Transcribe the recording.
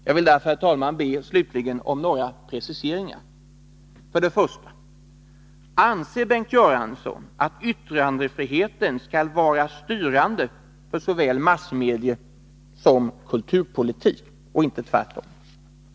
Jag vill därför, herr talman, slutligen be om några preciseringar. För det första: Anser Bengt Göransson att yttrandefriheten skall vara styrande för såväl massmediesom kulturpolitik och inte tvärtom?